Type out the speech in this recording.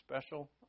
special